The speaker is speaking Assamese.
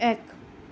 এক